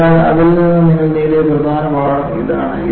അതിനാൽ അതിൽ നിന്ന് നിങ്ങൾ നേടിയ പ്രധാന പഠനം അതാണ്